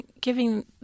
giving